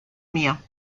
mia